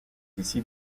d’ici